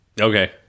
Okay